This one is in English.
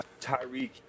Tyreek